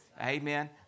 Amen